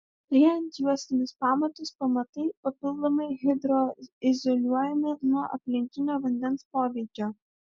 liejant juostinius pamatus pamatai papildomai hidroizoliuojami nuo aplinkinio vandens poveikio